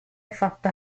fatta